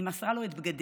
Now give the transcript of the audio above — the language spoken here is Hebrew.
היא מסרה לו את בגדיה,